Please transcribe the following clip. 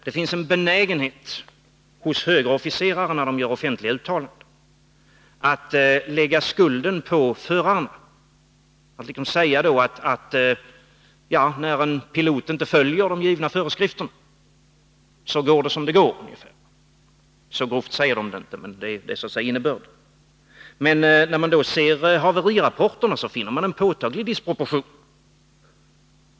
Det finns en benägenhet hos högre officerare, när de gör offentliga Nr 81 uttalanden, att lägga skulden på förarna — att när en pilot inte följer de givna Måndagen den föreskrifterna så går det som det går. Så grovt säger de det inte, men det är — 14 februari 1983 innebörden. När man då ser haverirapporterna, så finner man emellertid en påtaglig disproportion.